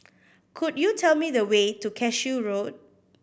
could you tell me the way to Cashew Road